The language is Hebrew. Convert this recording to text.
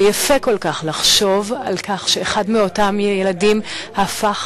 ויפה כל כך לחשוב על כך שאחד מאותם ילדים הפך